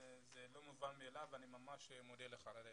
זה לא מובן מאליו ואני ממש מודה לך על כך.